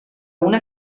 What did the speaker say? una